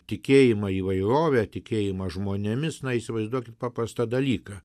tikėjimą įvairove tikėjimą žmonėmis na įsivaizduokit paprastą dalyką